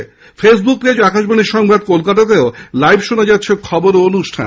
এছাড়াও Facebook page Akashvani সংবাদ কলকাতাতে লাইভ শোনা যাচ্ছে খবর ও অনুষ্ঠান